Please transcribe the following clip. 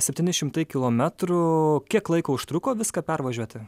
septyni šimtai kilometrų kiek laiko užtruko viską pervažiuoti